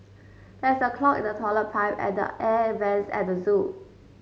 there is a clog in the toilet pipe and the air vents at the zoo